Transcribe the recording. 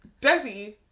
Desi